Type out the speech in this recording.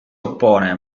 oppone